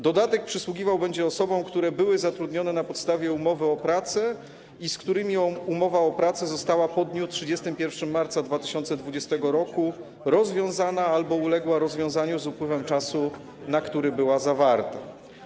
Dodatek przysługiwał będzie osobom, które były zatrudnione na podstawie umowy o pracę i z którymi umowa o pracę została po dniu 31 marca 2020 r. rozwiązana albo uległa rozwiązaniu z upływem czasu, na który była zawarta.